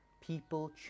People